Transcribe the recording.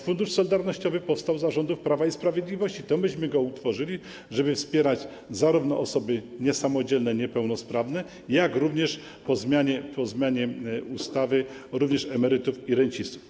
Fundusz Solidarnościowy powstał za rządów Prawa i Sprawiedliwości, to myśmy go utworzyli, żeby wspierać zarówno osoby niesamodzielne, niepełnosprawne, jak i, po zmianie ustawy, emerytów i rencistów.